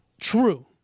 True